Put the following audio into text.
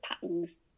patterns